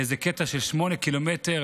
באיזה קטע של 8 קילומטר,